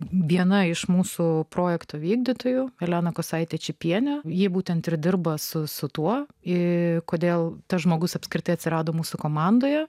viena iš mūsų projekto vykdytojų elena kosaitė čypienė ji būtent ir dirba su tuo ir kodėl tas žmogus apskritai atsirado mūsų komandoje